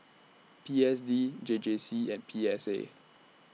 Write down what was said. P S D J J C and P S A